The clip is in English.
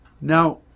Now